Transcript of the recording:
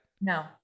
No